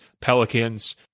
Pelicans